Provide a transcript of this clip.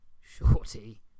Shorty